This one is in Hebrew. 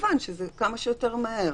כמובן שזה כמה שיותר מהר,